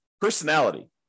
personality